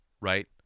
right